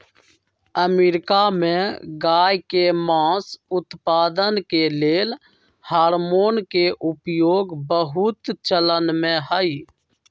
America में गायके मास उत्पादन के लेल हार्मोन के उपयोग बहुत चलनमें हइ